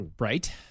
right